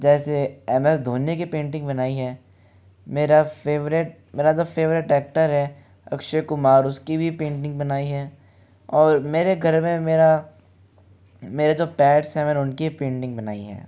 जैसे M S Dhoni की painting बनाई है मेरा फेवरेट मेरा जो फेवरेट ऐक्टर है अक्षय कुमार उसकी भी पेंटिंग बनाई है और मेरे घर में मेरा मेरे जो पेट्स हैं उनकी पेंटिंग बनाई है